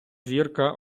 зірка